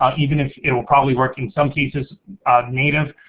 um even if it'll probably work in some cases native,